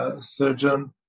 surgeon